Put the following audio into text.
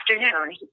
afternoon